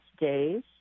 days